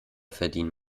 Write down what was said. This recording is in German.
verdienen